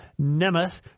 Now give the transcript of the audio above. Nemeth